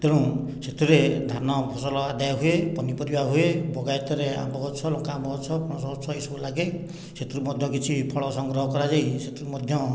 ତେଣୁ ସେଥିରେ ଧାନ ଫସଲ ଆଦାୟ ହୁଏ ପନିପରିବା ହୁଏ ବଗାୟତରେ ଆମ୍ବ ଗଛ ଲଙ୍କା ଆମ୍ବ ଗଛ ପଣସ ଗଛ ଏସବୁ ଲାଗେ ସେଥିରୁ ମଧ୍ୟ କିଛି ଫଳ ସଂଗ୍ରହ କରାଯାଇ ସେଥିରୁ ମଧ୍ୟ